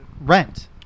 rent